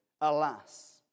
Alas